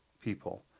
people